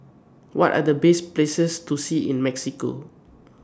What Are The Best Places to See in Mexico